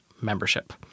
membership